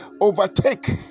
overtake